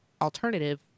alternative